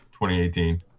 2018